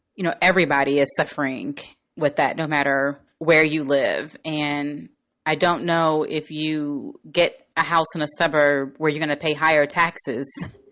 you know, everybody is suffering with that no matter where you live. and i don't know if you get a house in a suburb where you're going to pay higher taxes.